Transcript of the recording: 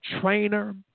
trainer